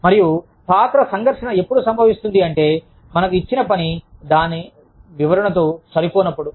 మరియు పాత్ర సంఘర్షణ ఎప్పుడు సంభవిస్తుంది అంటే మనకు ఇచ్చిన పని దాని వివరణ తో సరి పోనప్పుడు